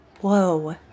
Whoa